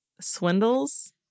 Swindles